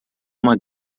uma